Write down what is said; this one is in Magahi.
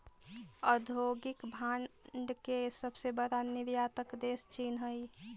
औद्योगिक भांड के सबसे बड़ा निर्यातक देश चीन हई